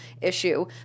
issue